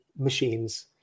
machines